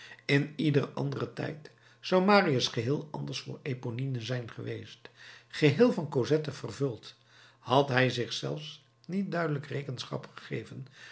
in ieder anderen tijd zou marius geheel anders voor eponine zijn geweest geheel van cosette vervuld had hij zich zelfs niet duidelijk rekenschap gegeven